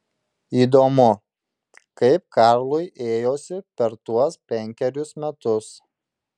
įdomu kaip karlui ėjosi per tuos penkerius metus